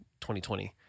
2020